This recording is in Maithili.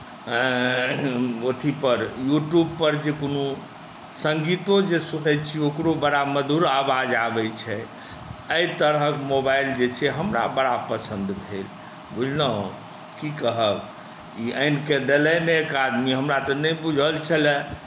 अथीपर यूट्यूबपर जे कोनो संगीतो जे सुनैत छी ओकरो बड़ा मधुर आवाज आबैत छै एहि तरहक मोबाइल जे छै हमरा बड़ा पसन्द भेल बुझलहुँ की कहब ई आनि कऽ देलनि एक आदमी हमरा तऽ नहि बुझल छले